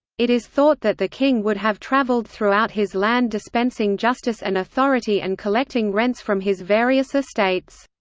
it is thought that the king would have travelled throughout his land dispensing justice and authority and collecting rents from his various estates.